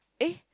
eh